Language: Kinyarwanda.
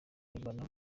mpimbano